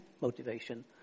motivation